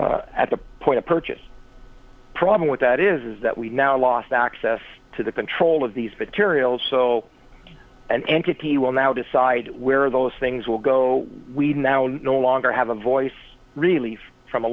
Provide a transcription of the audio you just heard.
there at the point of purchase problem with that is that we now lost access to the control of these bacteria less so an entity will now decide where those things will go we now no longer have a voice relief from a